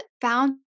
found